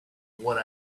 what